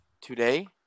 today